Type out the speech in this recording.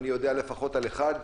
אני יודע לפחות על אחד,